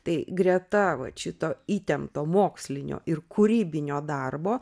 tai greta vat šito įtempto mokslinio ir kūrybinio darbo